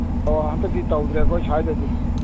ꯑꯣ ꯍꯟꯗꯛꯇꯤ ꯇꯧꯗ꯭ꯔꯦ ꯑꯩꯈꯣꯏ ꯁ꯭ꯋꯥꯏꯗꯗꯤ